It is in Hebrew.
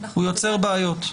הוא יוצר בעיות.